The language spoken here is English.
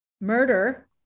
murder